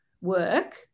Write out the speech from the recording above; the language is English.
work